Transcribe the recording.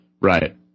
Right